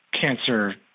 cancer